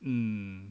mm